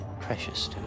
precious